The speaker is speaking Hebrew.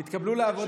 יש בקרה.